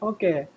Okay